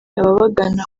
ababagana